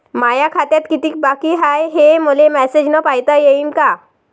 माया खात्यात कितीक बाकी हाय, हे मले मेसेजन पायता येईन का?